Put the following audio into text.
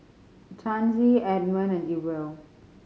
Chancey Edmon and Ewell